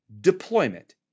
Deployment